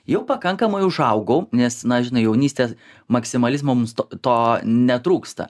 jau pakankamai užaugau nes na žinai jaunystės maksimalizmo mums to to netrūksta